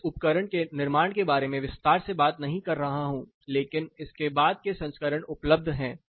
मैं इस उपकरण के निर्माण के बारे में विस्तार से बात नहीं कर रहा हूं लेकिन इसके बाद के संस्करण उपलब्ध हैं